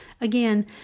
Again